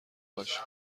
باشیم